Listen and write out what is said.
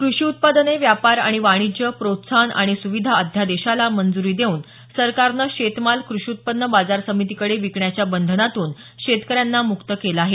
कृषी उत्पादने व्यापार आणि वाणिज्य प्रोत्साहन आणि सुविधा अध्यादेशाला मंजुरी देऊन सरकारनं शेतमाल क्रषी उत्पन्न बाजार समितीकडे विकण्याच्या बंधनातून शेतकऱ्यांना मुक्त केलं आहे